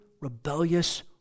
rebellious